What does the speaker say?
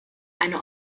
eine